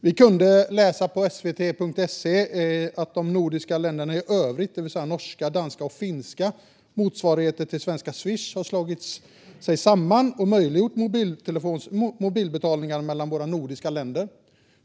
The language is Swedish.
Vi kunde läsa på svt.se att de nordiska länderna i övrigt, det vill säga de norska, danska och finska motsvarigheterna till svenska Swish, har slagit sig samman och möjliggjort mobilbetalningar mellan de nordiska länderna.